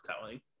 telling